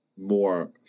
more